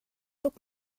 tuk